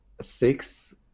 six